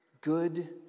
good